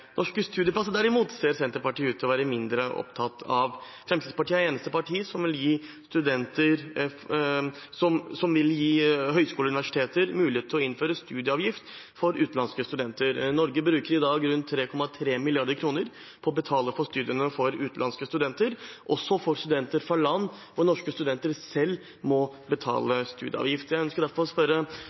Norske studieplasser, derimot, ser Senterpartiet ut til å være mindre opptatt av. Fremskrittspartiet er det eneste partiet som vil gi høyskoler og universiteter mulighet til å innføre studieavgift for utenlandske studenter. Norge bruker i dag rundt 3,3 mrd. kr på å betale for studiene til utenlandske studenter, også studenter fra land hvor norske studenter selv må betale studieavgift. Jeg ønsker derfor å spørre